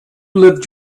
lived